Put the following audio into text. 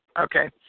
Okay